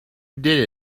did